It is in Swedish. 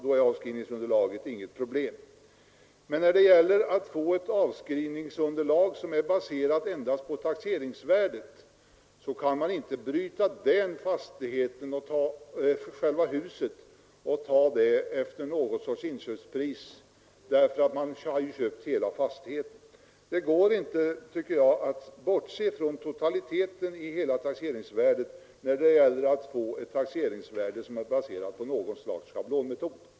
Då är avskrivningsunderlaget inget problem. Men när det gäller att få ett avskrivningsunderlag som är baserat endast på taxeringsvärdet kan man inte bryta ut själva huset från fastigheten i övrigt och ta det efter något slags inköpspris, för man har ju köpt hela fastigheten. Det går inte att bortse från totaliteten i taxeringsvärdet när det gäller att få ett taxeringsvärde som är baserat på en sorts schablonmetod.